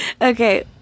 Okay